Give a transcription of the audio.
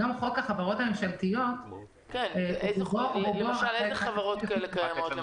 גם חוק החברות הממשלתיות --- איזה חברות כאלה קיימות,